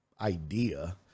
idea